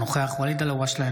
אינו נוכח ואליד אלהואשלה,